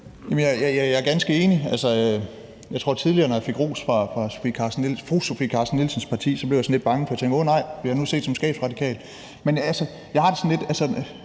Jeg er ganske enig. Jeg tror, at jeg tidligere, når jeg fik ros fra fru Sofie Carsten Nielsens parti, blev sådan lidt bange, fordi jeg tænkte: Åh nej, bliver jeg nu set som skabsradikal? Men jeg har det lidt